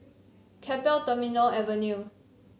Keppel Terminal Avenue